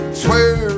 swear